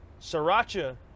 Sriracha